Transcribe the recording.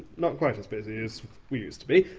not quite as busy as we used to be.